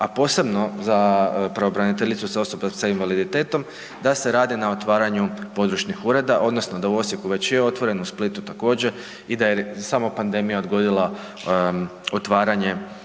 a posebno za pravobraniteljicu za osobe s invaliditetom da se radi na otvaranju područnih ureda odnosno da u Osijeku već je otvoren u Splitu također i da je samo pandemija odgodila otvaranje